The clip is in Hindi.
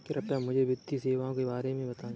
कृपया मुझे वित्तीय सेवाओं के बारे में बताएँ?